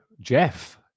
Jeff